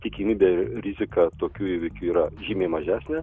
tikimybė rizika tokių įvykių yra žymiai mažesnė